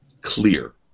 clear